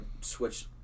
switch